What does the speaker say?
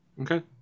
Okay